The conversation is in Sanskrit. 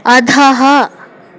अधः